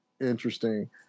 interesting